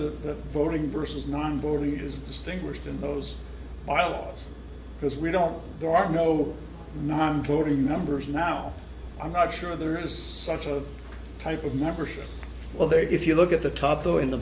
the voting versus non board leaders distinguished in those files because we don't there are no noncoding numbers now i'm not sure there is such a type of membership well there if you look at the top though in the